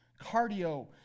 Cardio